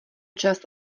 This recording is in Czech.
čas